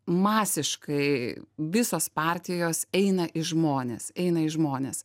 masiškai visos partijos eina į žmones eina į žmones